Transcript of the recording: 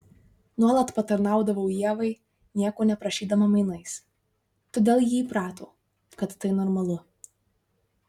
nuolat patarnaudavau ievai nieko neprašydama mainais todėl ji įprato kad tai normalu